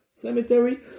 Cemetery